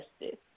justice